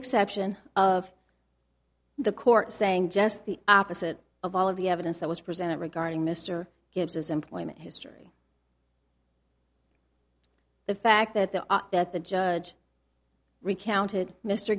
exception of the court saying just the opposite of all of the evidence that was presented regarding mr gibbs as employment history the fact that the that the judge recounted mr